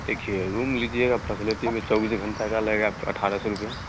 देखिए रूम लीजिएगा फसलेटी में चौबीस घंटा का लगेगा आपको अठारह सौ रुपया